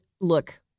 look